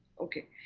okay